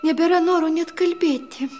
nebėra noro net kalbėti